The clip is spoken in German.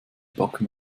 backen